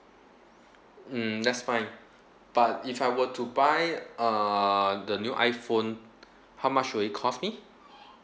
mm that's fine but if I were to buy uh the new iPhone how much will it cost me